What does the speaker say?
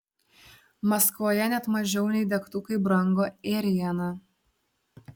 maskvoje net mažiau nei degtukai brango ėriena